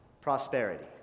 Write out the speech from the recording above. prosperity